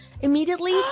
Immediately